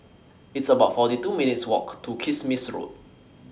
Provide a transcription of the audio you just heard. It's about forty two minutes' Walk to Kismis Road